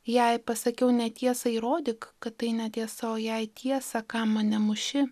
jei pasakiau netiesą įrodyk kad tai netiesa o jei tiesą kam mane muši